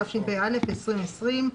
התשפ"א-2020.